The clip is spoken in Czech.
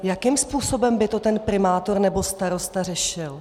Jakým způsobem by to ten primátor nebo starosta řešil?